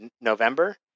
November